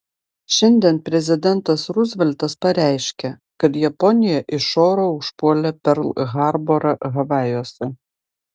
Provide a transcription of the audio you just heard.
šiandien prezidentas ruzveltas pareiškė kad japonija iš oro užpuolė perl harborą havajuose